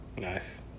Nice